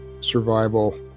survival